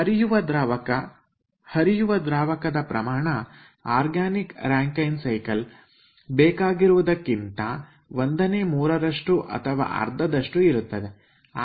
ಹರಿಯುವ ದ್ರಾವಕ ಹರಿಯುವ ದ್ರಾವಕದ ಪ್ರಮಾಣ ಆರ್ಗ್ಯಾನಿಕ್ ರಾಂಕೖೆನ್ ಸೈಕಲ್ನಲ್ಲಿ ಬೇಕಾಗಿರುವುದಕ್ಕಿಂತ ಒಂದನೇ ಮೂರರಷ್ಟು ಅಥವಾ ಅರ್ಧದಷ್ಟು ಇರುತ್ತದೆ